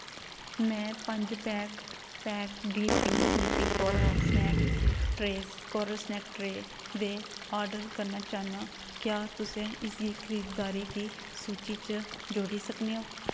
मैं पंज pack pack D P DP coral snack tray coral snack tray दे order करना चाह्न्नां क्या तुस इसी खरीदारी दी सूची च जोड़ी सकदे ओ